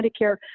Medicare